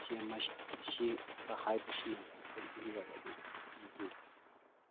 ꯁꯤ ꯈꯔ ꯍꯥꯏꯕꯁꯤꯅ ꯇꯦꯟꯁꯤꯟꯖꯔꯒꯦ ꯊꯦꯡꯛ ꯌꯨ